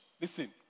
Listen